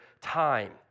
time